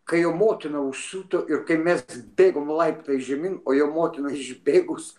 kai jo motina užsiuto ir kai mes bėgom laiptais žemyn o jo motinai išbėgus